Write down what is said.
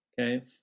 Okay